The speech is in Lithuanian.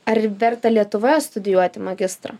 ar verta lietuvoje studijuoti magistrą